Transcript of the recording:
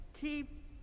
keep